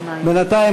בינתיים,